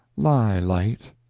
lie light,